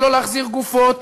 ולא להחזיר גופות,